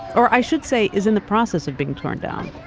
or, i should say, is in the process of being torn down.